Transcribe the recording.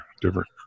different